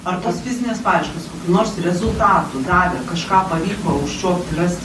ar tos fizinės paieškos nors rezultatų davė kažką pavyko užčiuopti rasti